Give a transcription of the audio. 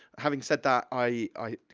having said that, i, i,